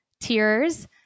tears